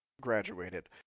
graduated